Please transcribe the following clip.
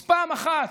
אז ראשית,